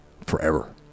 forever